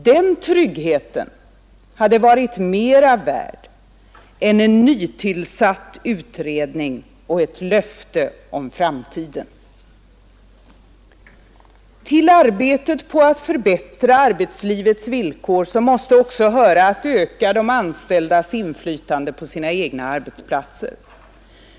Den tryggheten hade varit mera värd än en nytillsatt utredning och ett löfte för framtiden. Till arbetet på att förbättra arbetslivets villkor måste också höra att öka de anställdas inflytande på sina egna arbetsplatser.